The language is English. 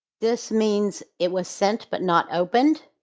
this means it was sent but not opened.